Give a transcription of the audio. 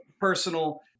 personal